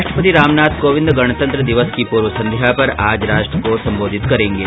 राष्ट्रपति रामनाथ कोविंद गणतंत्र दिवस की पूर्व संध्या पर आज राष्ट्र को संबोधित करेंगे